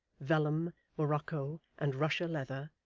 vellum, morocco, and russia leather,